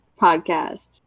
podcast